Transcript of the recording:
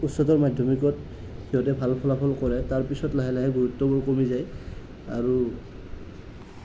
উচ্চতৰ মাধ্যমিকত ভাল ফলাফল কৰে তাৰ পিছত লাহে লাহে গুৰুত্বটো কমি যায় আৰু